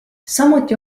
samuti